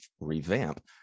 revamp